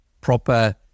proper